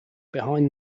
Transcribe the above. behind